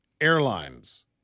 airlines